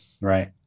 Right